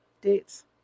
dates